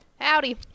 howdy